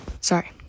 Sorry